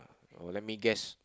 oh let me guess